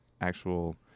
actual